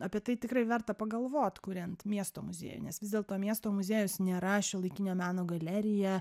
apie tai tikrai verta pagalvot kuriant miesto muziejų nes vis dėlto miesto muziejus nėra šiuolaikinio meno galerija